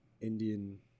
Indian